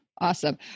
Awesome